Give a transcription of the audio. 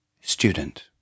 student